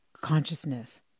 consciousness